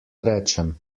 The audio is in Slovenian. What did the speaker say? rečem